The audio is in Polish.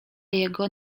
jego